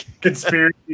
conspiracy